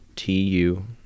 T-U